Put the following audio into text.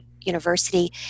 university